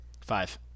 Five